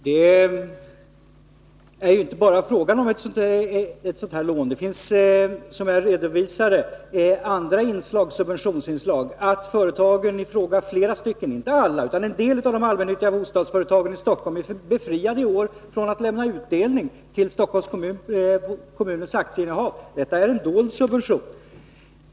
Herr talman! Det är inte bara fråga om ett sådant här lån. Det finns, som jag redovisade, andra subventionsinslag. Flera av de allmännyttiga bostadsföretagen i Stockholm — inte alla men en del — är i år befriade från att lämna utdelning på kommunens aktieinnehav. Detta är en dold subvention.